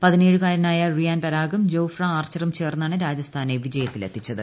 പതിനേഴുകാരനായ റിയാൻ പരാഗും ജോഫ്റ ആർച്ചറും ചേർന്നാണ് രാജസ്ഥാനെ വിജയത്തിലെത്തിച്ചത്